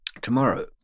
tomorrow